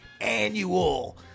annual